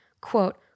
quote